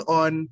on